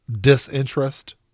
disinterest